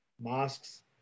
mosques